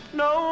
no